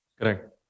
Correct